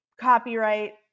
copyright